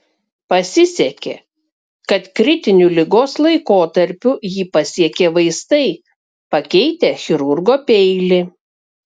pasisekė kad kritiniu ligos laikotarpiu jį pasiekė vaistai pakeitę chirurgo peilį